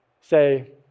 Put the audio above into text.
say